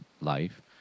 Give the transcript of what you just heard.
life